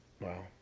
Wow